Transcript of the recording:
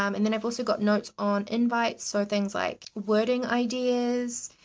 um and then i've also got notes on invites. so things like wording ideas,